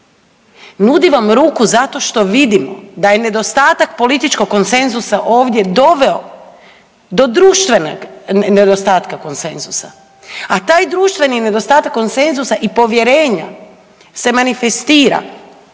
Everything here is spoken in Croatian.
Nudi vam ruku zato što vidimo da je nedostatak političkog konsenzusa ovdje doveo do društvenog nedostatka konsenzusa, a taj društveni nedostatak konsenzusa i povjerenja se manifestira